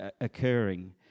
occurring